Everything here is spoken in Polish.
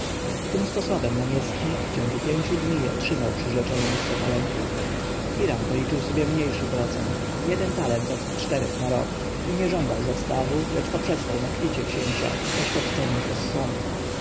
tym sposobem namiestnik w ciągu pięciu dni otrzymał przyrzeczone mu sto talentów hiram policzył sobie niewielki procent jeden talent od czterech na rok i nie żądał zastawu lecz poprzestał na kwicie księcia